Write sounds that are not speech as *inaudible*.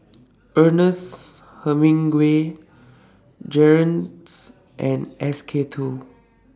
Ernest Hemingway Jergens and S K two *noise*